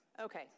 okay